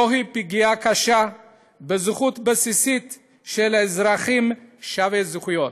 זוהי פגיעה קשה בזכות הבסיסית של אזרחים שווי זכויות.